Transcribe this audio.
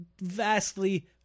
vastly